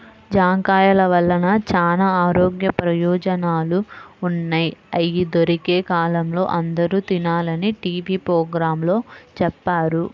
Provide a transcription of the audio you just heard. జాంకాయల వల్ల చానా ఆరోగ్య ప్రయోజనాలు ఉన్నయ్, అయ్యి దొరికే కాలంలో అందరూ తినాలని టీవీ పోగ్రాంలో చెప్పారు